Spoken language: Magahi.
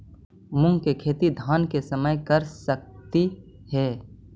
मुंग के खेती धान के समय कर सकती हे?